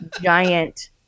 giant